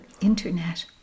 internet